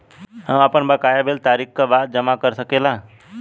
हम आपन बकाया बिल तारीख क बाद जमा कर सकेला?